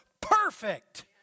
perfect